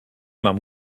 mam